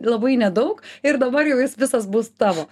labai nedaug ir dabar jau jis visas bus tavo